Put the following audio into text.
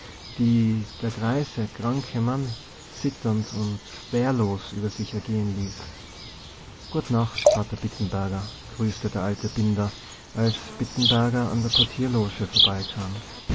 die der greise kranke mann zitternd und wehrlos über sich ergehen ließ gu'n nacht vadder bittenberger grüßte der alte binder als bittenberger an der portierloge vorbeikam